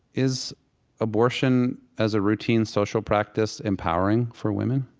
is abortion as a routine social practice empowering for women?